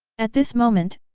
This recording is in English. at this moment,